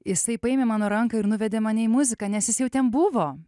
jisai paėmė mano ranką ir nuvedė mane į muziką nes jis jau ten buvo